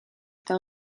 eta